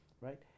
Right